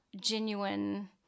genuine